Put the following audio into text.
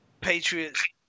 Patriots